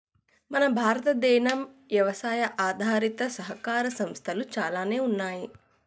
మన భారతదేనం యవసాయ ఆధారిత సహకార సంస్థలు చాలానే ఉన్నయ్యి